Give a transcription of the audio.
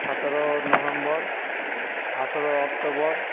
সাতেরো নভেম্বর আঠেরো অক্টোবর